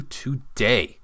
today